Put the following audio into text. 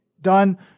done